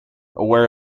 aware